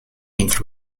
into